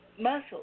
muscles